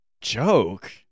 joke